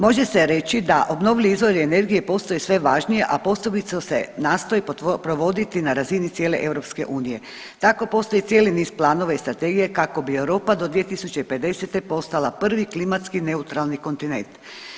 Može se reći da obnovljivi izvori energije postaju sve važniji, a posebice se nastoji provoditi na razini cijele EU, tako postoji cijeli niz planova i strategije kako bi Europa do 2050. postala prvi klimatski neutralni kontinent.